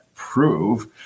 Prove